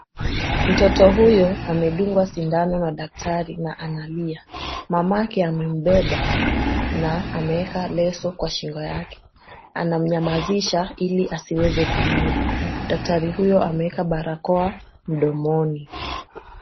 Mtoto huyu amedungwa sindano na daktari na analia. Mamake amembeba na ameeka leso kwa shingo yake. Anamnyamazisha ili asiweze kulia. Daktari huyo ameweka barakoa mdomoni.